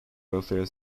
welfare